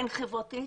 הן חברתית,